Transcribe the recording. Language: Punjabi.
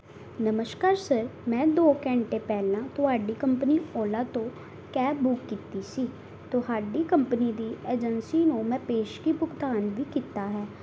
ਨਮਸਕਾਰ ਸਰ ਮੈਂ ਦੋ ਘੰਟੇ ਪਹਿਲਾਂ ਤੁਹਾਡੀ ਕੰਪਨੀ ਓਲਾ ਤੋਂ ਕੈਬ ਬੁੱਕ ਕੀਤੀ ਸੀ ਤੁਹਾਡੀ ਕੰਪਨੀ ਦੀ ਏਜੰਸੀ ਨੂੰ ਮੈਂ ਪੇਸ਼ਗੀ ਭੁਗਤਾਨ ਵੀ ਕੀਤਾ ਹੈ